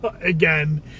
again